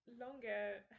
longer